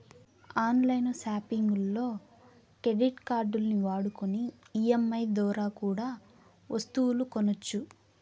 on line సాపింగుల్లో credit కార్డుల్ని వాడుకొని ఈ.ఎం.ఐ దోరా కూడా ఒస్తువులు కొనొచ్చు